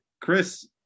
Chris